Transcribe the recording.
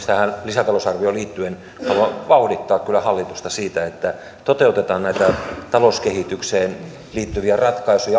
tähän lisätalousarvioon liittyen haluan vauhdittaa kyllä hallitusta siinä että toteutetaan näitä talouskehitykseen liittyviä ratkaisuja